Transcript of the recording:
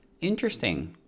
interesting